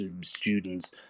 students